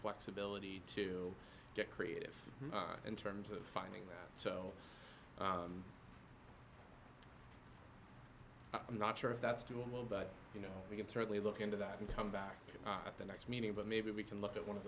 flexibility to get creative in terms of finding them so i'm not sure if that's doing well but you know we can certainly look into that and come back at the next meeting but maybe we can look at one of